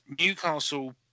Newcastle